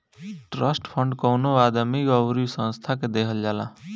trust fund कवनो आदमी अउरी संस्था के देहल जाला